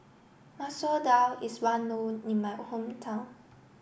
Masoor Dal is well known in my hometown